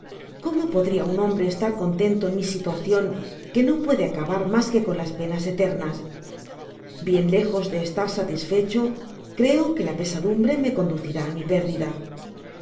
cómo podria un hombre estar contento en mi situacion que no puede acabar mas que con las penas eternas bien lejos de estar satisfecbo ere que la pesadumbre me conducirá á mi pérdida